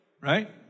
right